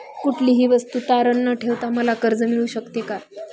कुठलीही वस्तू तारण न ठेवता मला कर्ज मिळू शकते का?